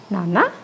Nana